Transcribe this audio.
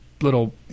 little